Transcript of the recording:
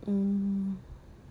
mm